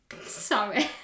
Sorry